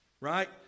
right